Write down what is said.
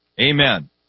Amen